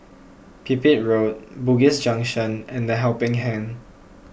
Pipit Road Bugis Junction and the Helping Hand